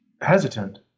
hesitant